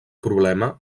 problema